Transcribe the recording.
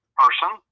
person